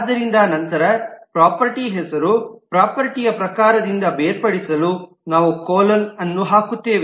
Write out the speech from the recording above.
ಆದ್ದರಿಂದ ನಂತರ ಪ್ರಾಪರ್ಟೀ ಹೆಸರು ಪ್ರಾಪರ್ಟೀಯ ಪ್ರಕಾರದಿಂದ ಬೇರ್ಪಡಿಸಲು ನಾವು ಕೊಲೊನ್ ಅನ್ನು ಹಾಕುತ್ತೇವೆ